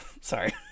Sorry